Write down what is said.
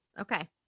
Okay